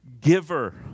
giver